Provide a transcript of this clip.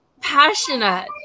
passionate